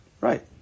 Right